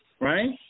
right